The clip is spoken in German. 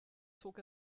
zog